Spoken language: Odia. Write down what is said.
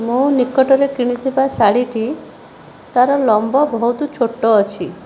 ମୁଁ ନିକଟରେ କିଣିଥିବା ଶାଢ଼ୀଟି ତା'ର ଲମ୍ବ ବହୁତ ଛୋଟ ଅଛି